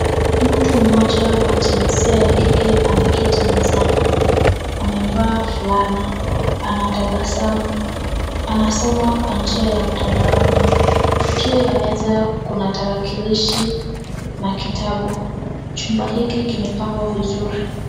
Mtu mmoja wa jinsia ya kike ameketi mezani. Amevaa fulana. Anatabasamu. Anasoma kwa njia ya mtandaoni. Juu ya meza kuna tarakilishi na kitabu. Chumba hiki kimepangwa vizuri.